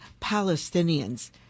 Palestinians